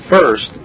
First